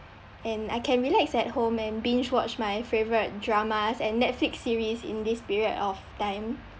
and I can relax at home and binge watch my favourite dramas and netflix series in this period of time